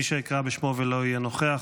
מי שאקרא בשמו ולא יהיה נוכח,